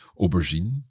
aubergine